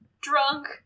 drunk